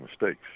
mistakes